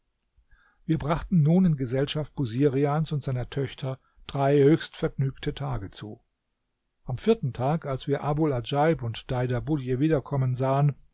wir brachten nun in gesellschaft busirians und seiner töchter drei höchst vergnügte tage zu am vierten tag als wir abul adjaib und deidabudj wiederkommen sahen